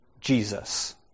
Jesus